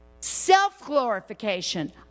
Self-glorification